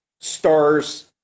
Stars